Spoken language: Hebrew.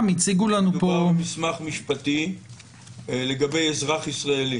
הציגו לנו פה --- מדובר על מסמך משפטי לגבי אזרח ישראלי.